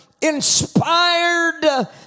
inspired